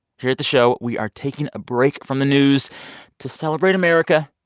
here at the show, we are taking a break from the news to celebrate america.